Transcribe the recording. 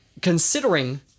Considering